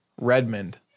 Redmond